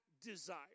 desire